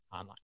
online